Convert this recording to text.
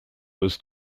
was